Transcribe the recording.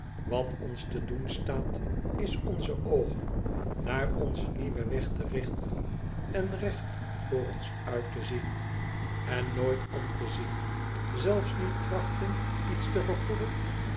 wat ons te doen staat is onze oogen naar onzen nieuwen weg te richten en recht voor ons uit te zien en nooit om te zien zelfs niet trachten iets te vergoeden